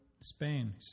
Spain